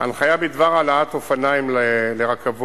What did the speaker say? ההנחיה בדבר העלאת אופניים לרכבות